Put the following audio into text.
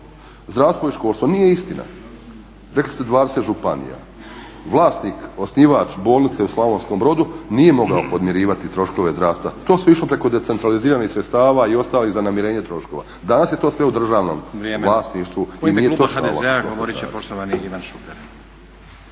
zdravstvo i školstvo, nije istina. Rekli ste 20 županija. Vlasnik, osnivač Bolnice u Slavonskom Brodu nije mogao podmirivati troškove zdravstva, to je išlo preko decentraliziranih sredstava i ostalih za namirenje troškova. Danas je to sve u državnom vlasništvu